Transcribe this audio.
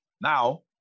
Now